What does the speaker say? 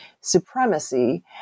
supremacy